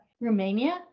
Romania